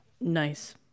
Nice